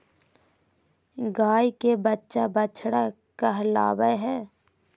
गाय के बच्चा बछड़ा कहलावय हय